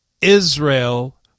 Israel